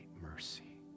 mercy